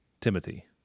Timothy